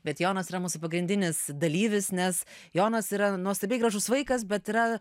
bet jonas yra mūsų pagrindinis dalyvis nes jonas yra nuostabiai gražus vaikas bet yra